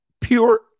Pure